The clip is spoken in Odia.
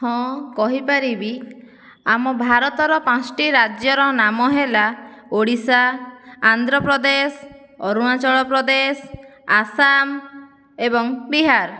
ହଁ କହିପାରିବି ଆମ ଭାରତର ପାଞ୍ଚଟି ରାଜ୍ୟର ନାମ ହେଲା ଓଡ଼ିଶା ଆନ୍ଧ୍ରପ୍ରଦେଶ ଅରୁଣାଚଳପ୍ରଦେଶ ଆସାମ ଏବଂ ବିହାର